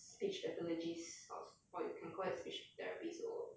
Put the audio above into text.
speech pathologist or or you can call it speech therapist will